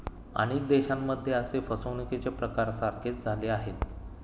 अनेक देशांमध्ये असे फसवणुकीचे प्रकार सारखेच झाले आहेत